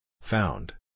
Found